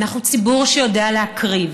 אנחנו ציבור שיודע להקריב.